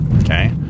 Okay